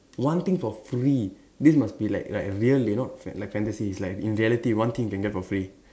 one thing for free this must be like like real you know fan like fantasy it's like in reality one thing you can get for free